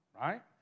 right